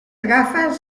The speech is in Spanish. gafas